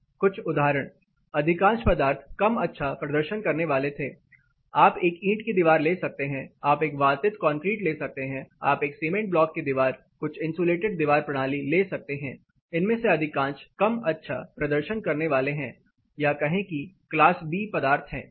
कुछ उदाहरण अधिकांश पदार्थ 'कम अच्छा' प्रदर्शन करने वाले थे आप एक ईंट की दीवार ले सकते हैं आप एक वातित कंक्रीट ले सकते हैं आप एक सीमेंट ब्लॉक की दीवार कुछ इंसुलेटेड दीवार प्रणाली ले सकते हैं इनमें से अधिकांश 'कम अच्छा' प्रदर्शन करने वाले हैं या कहे कि क्लास B पदार्थ है